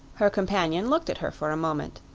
her companion looked at her for a moment.